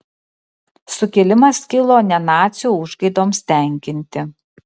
sukilimas kilo ne nacių užgaidoms tenkinti